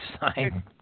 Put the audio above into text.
sign